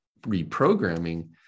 reprogramming